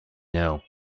know